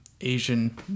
Asian